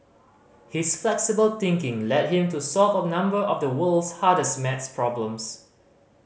his flexible thinking led him to solve a number of the world's hardest Maths problems